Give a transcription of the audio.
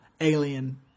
alien